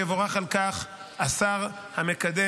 ויבורך על כך השר המקדם,